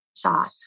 Shot